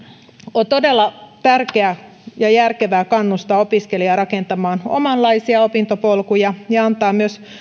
on todella tärkeää ja järkevää kannustaa opiskelijoita rakentamaan omanlaisiaan opintopolkuja ja antaa myös